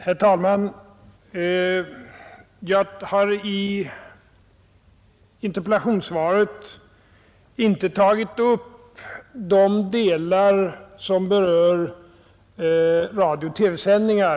Herr talman! Jag har i interpellationssvaret inte tagit upp de delar som berör radiooch TV-sändningar.